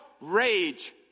rage